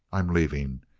i'm leaving.